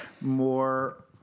more